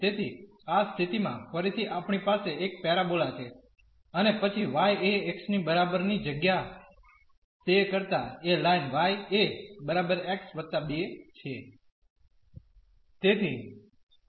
તેથી આ સ્થિતિમાં ફરીથી આપણી પાસે એક પેરાબોલા છે અને પછી y એ x ની બરાબર ની જગ્યા તે કરતા એ લાઇન y એ બરાબર x 2 છે